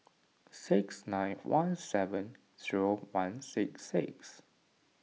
six nine one seven zero one six six